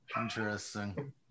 Interesting